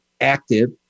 Active